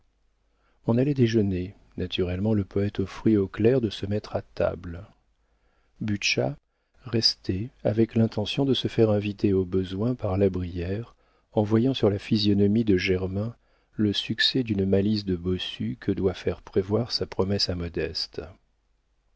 on allait déjeuner naturellement le poëte offrit au clerc de se mettre à table butscha restait avec l'intention de se faire inviter au besoin par la brière en voyant sur la physionomie de germain le succès d'une malice de bossu que doit faire prévoir sa promesse à modeste